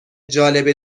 جالب